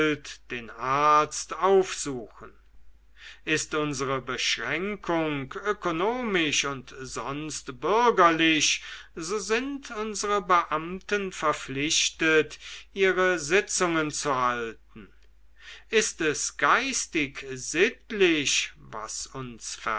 den arzt aufsuchen ist unsere beschränkung ökonomisch und sonst bürgerlich so sind unsere beamten verpflichtet ihre sitzungen zu halten ist es geistig sittlich was uns